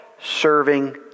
serving